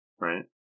right